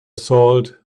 salt